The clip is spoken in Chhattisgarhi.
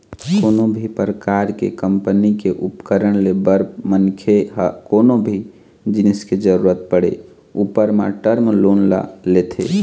कोनो भी परकार के कंपनी के उपकरन ले बर मनखे ह कोनो भी जिनिस के जरुरत पड़े ऊपर म टर्म लोन ल लेथे